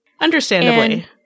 Understandably